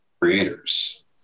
creators